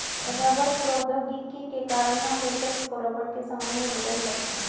rubber प्रौद्योगिकी के कारण हम लेटेक्स को रबर के सामान में बदल सकते हैं